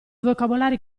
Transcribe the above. vocabolari